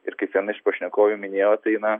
ir kaip viena iš pašnekovių minėjo tai na